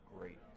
great